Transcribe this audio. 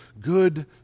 good